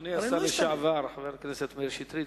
אדוני השר לשעבר חבר הכנסת מאיר שטרית,